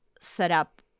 setup